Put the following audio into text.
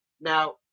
now